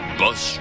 bus